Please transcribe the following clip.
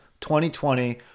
2020